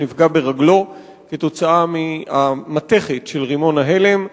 שנפגע ברגלו כתוצאה מהמתכת של רימון ההלם.